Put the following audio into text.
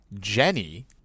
Jenny